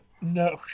No